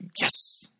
Yes